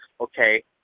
okay